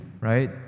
right